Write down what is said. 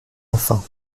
enfin